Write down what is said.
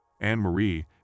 Anne-Marie